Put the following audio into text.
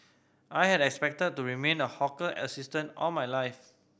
I had expected to remain a hawker assistant all my life